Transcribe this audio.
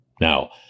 Now